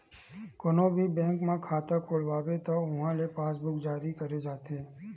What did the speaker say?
कोनो भी बेंक म खाता खोलवाबे त उहां ले पासबूक जारी करे जाथे